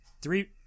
Three